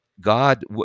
God